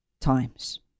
times